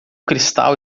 cristal